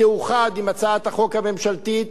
היא תאוחד עם הצעת החוק הממשלתית,